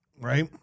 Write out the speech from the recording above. Right